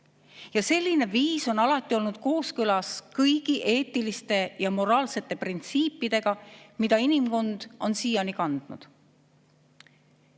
Ja selline viis on alati olnud kooskõlas kõigi eetiliste ja moraalsete printsiipidega, mida inimkond on siiani kandnud.